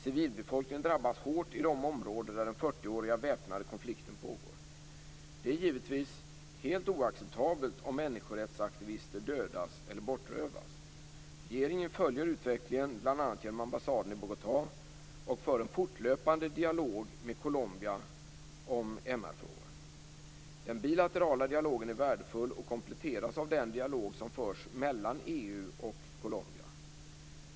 Civilbefolkningen drabbas hårt i de områden där den 40 åriga väpnade konflikten pågår. Det är givetvis helt oacceptabelt om människorättsaktivister dödas eller bortrövas. Regeringen följer utvecklingen, bl.a. genom ambassaden i Bogotá, och för en fortlöpande dialog med Colombia om MR-frågor. Den bilaterala dialogen är värdefull och kompletteras av den dialog som förs mellan EU och Colombia.